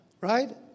right